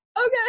okay